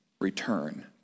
return